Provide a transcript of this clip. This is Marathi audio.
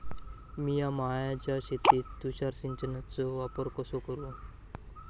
मिया माळ्याच्या शेतीत तुषार सिंचनचो वापर कसो करू?